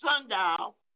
sundial